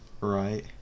Right